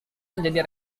menjadi